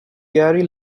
gary